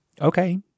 okay